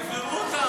תבחרו אותם.